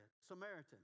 Samaritan